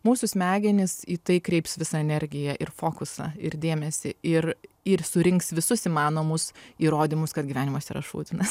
mūsų smegenys į tai kreips visą energiją ir fokusą ir dėmesį ir ir surinks visus įmanomus įrodymus kad gyvenimas yra šudinas